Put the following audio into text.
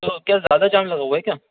تو کیا زیادہ جام لگا ہُوا ہے کیا